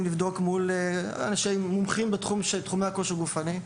מומחים בתחומי הכושר הגופני,